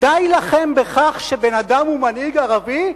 די לכם בכך שבן-אדם הוא מנהיג ערבי,